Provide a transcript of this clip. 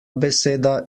beseda